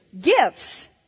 Gifts